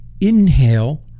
inhale